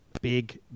big